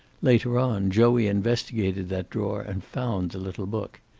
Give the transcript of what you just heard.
later on, joey investigated that drawer, and found the little book.